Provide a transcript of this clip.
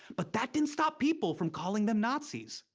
but that didn't stop people from calling them nazis.